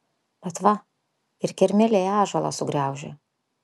bet va ir kirmėlė ąžuolą sugraužia